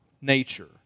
nature